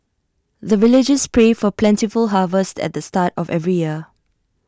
the villagers pray for plentiful harvest at the start of every year